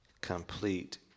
Complete